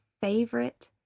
favorite